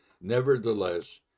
Nevertheless